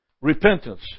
repentance